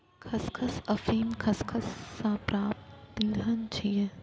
खसखस अफीम खसखस सं प्राप्त तिलहन छियै